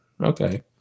Okay